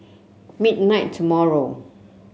midnight tomorrow